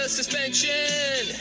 suspension